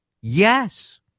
Yes